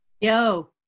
Yo